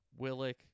Willick